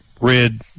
red